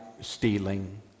stealing